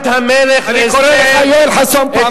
אני קורא לך, יואל חסון, פעם ראשונה.